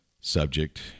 subject